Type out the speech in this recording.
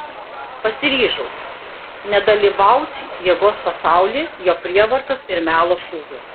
pasiryžau nedalyvaut jėgos pasauly jo prievartos ir melo šūviuos